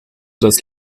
das